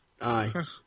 Aye